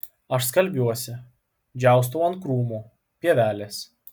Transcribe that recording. aš skalbiuosi džiaustau ant krūmų pievelės